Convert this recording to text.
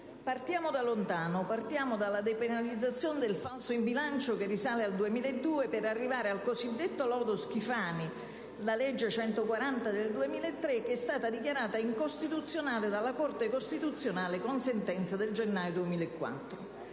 Partiamo da lontano, dalla depenalizzazione del falso in bilancio, che risale al 2002, per arrivare al cosiddetto lodo Schifani, la legge n. 140 del 2003, che è stata dichiarata incostituzionale dalla Corte costituzionale con sentenza del gennaio 2004.